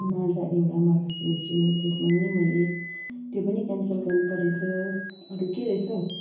माजा एउटा मगाएको रहेछु त्यसमा पनि मैले त्यो पनि क्यान्सल गर्नु परेछ अरू के रहेछ हौ